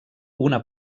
una